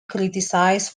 criticised